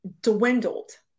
dwindled